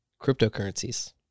cryptocurrencies